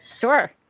Sure